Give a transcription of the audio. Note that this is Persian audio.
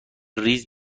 ریز